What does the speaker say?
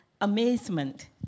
amazement